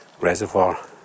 reservoir